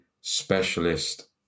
specialist